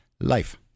life